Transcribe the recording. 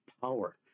power